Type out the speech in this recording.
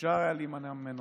שאפשר היה להימנע ממנו.